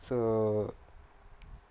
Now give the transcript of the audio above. so